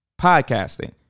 podcasting